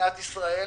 במדינת ישראל,